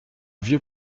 vieux